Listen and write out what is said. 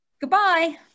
goodbye